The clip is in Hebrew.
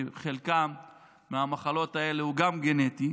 שחלק מהן הן גנטיות,